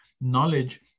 knowledge